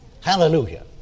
Hallelujah